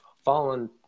following